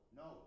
no